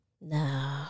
No